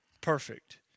perfect